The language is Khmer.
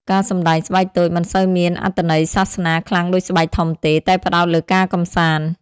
ការសម្ដែងស្បែកតូចមិនសូវជាមានអត្ថន័យសាសនាខ្លាំងដូចស្បែកធំទេ តែផ្តោតលើការកម្សាន្ត។